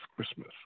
Christmas